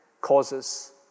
causes